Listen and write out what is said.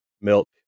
milk